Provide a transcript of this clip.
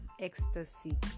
ecstasy